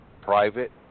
private